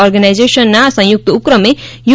ઓર્ગેનાઇઝેશનના સંયુક્ત ઉપક્રમે યુ